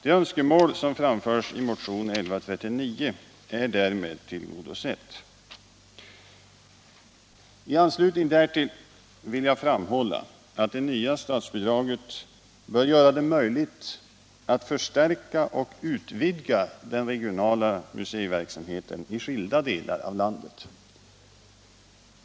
Det önskemål som framförs i motionen 1139 är därmed tillgodosett. I anslutning därtill vill jag framhålla att det nya statsbidraget bör göra det möjligt att förstärka och utvidga den regionala museiverksamheten i skilda delar av landet.